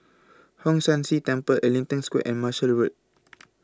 Hong San See Temple Ellington Square and Marshall Road